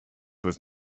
was